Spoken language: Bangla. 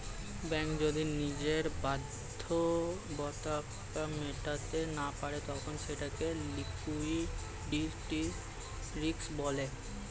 ব্যাঙ্ক যদি নিজের বাধ্যবাধকতা মেটাতে না পারে তখন সেটাকে লিক্যুইডিটি রিস্ক বলে